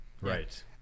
right